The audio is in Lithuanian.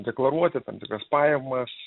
deklaruoti tam tikras pajamas